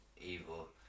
evil